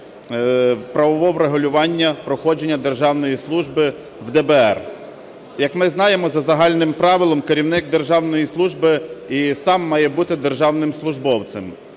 правового врегулювання проходження державної служби в ДБР. Як ми знаємо, за загальним правилом керівник державної служби і сам має бути державним службовцем.